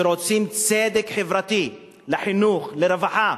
שרוצים צדק חברתי, לחינוך, לרווחה.